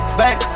back